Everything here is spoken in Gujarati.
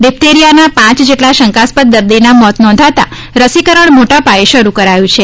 ડિટથેરીયાના પાંચ જેટલા શંકાસ્પદ દર્દીના મોત નોંધાતા રસીકરણ મોટા પાયે શરુ કરાયું છે